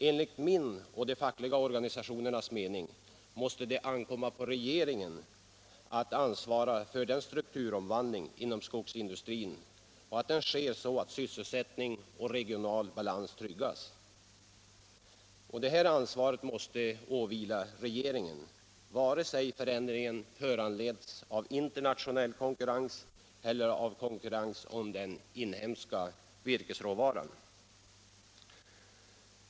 Enligt min och de fackliga organisationernas mening måste det ankomma på regeringen att ansvara för att strukturomvandlingen inom skogsindustrin sker så att sysselsättning och regional balans tryggas. Detta ansvar måste åvila regeringen, vare sig förändringen föranleds av internationell konkurrens eller av konkurrens om den inhemska virkesråvaran.